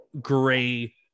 gray